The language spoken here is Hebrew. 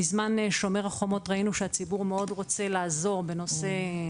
בזמן שומר חומות ראינו שהציבור מאוד רוצה לעזור בנושא,